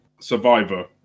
Survivor